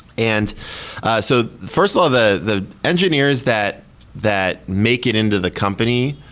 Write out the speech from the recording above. and so first of all, the the engineers that that make it into the company,